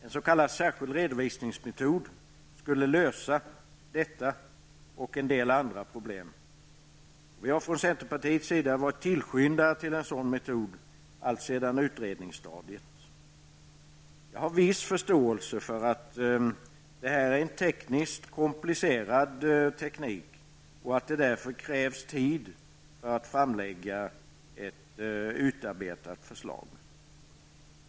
En särskild redovisningsmetod skulle lösa detta och en del andra problem. Vi har från centerpartiets sida alltsedan utredningsstadiet varit tillskyndare till en sådan metod. Jag har viss förståelse för att det är en tekniskt komplicerad sak och att det därför krävs tid för att framlägga ett utarbetat förslag.